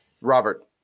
Robert